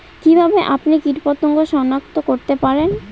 কিভাবে আপনি কীটপতঙ্গ সনাক্ত করতে পারেন?